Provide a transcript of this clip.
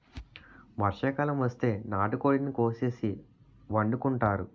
వర్షాకాలం వస్తే నాటుకోడిని కోసేసి వండుకుంతారు